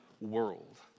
world